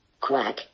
Quack